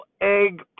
egg